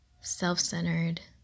self-centered